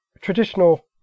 traditional